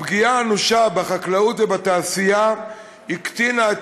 הפגיעה האנושה בחקלאות ובתעשייה הקטינה את